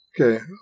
Okay